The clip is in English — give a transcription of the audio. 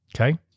Okay